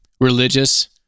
religious